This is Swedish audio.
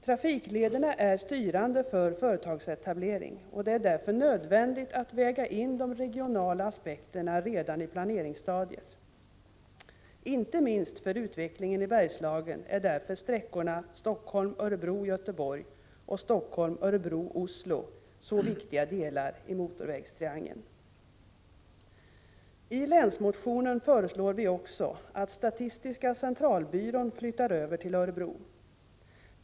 Trafiklederna är styrande för företagsetablering, och det är därför nödvändigt att väga in de regionala aspekterna redan på planeringsstadiet. Inte minst för utvecklingen i Bergslagen är därför sträckorna Helsingfors Örebro-Göteborg och Helsingfors-Örebro-Oslo viktiga delar i ”motorvägstriangeln”. I länsmotionen föreslår vi också att statistiska centralbyrån flyttar över till Örebro.